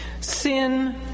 Sin